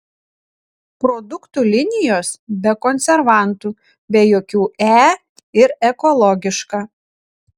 produktų linijos be konservantų be jokių e ir ekologiška